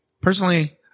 personally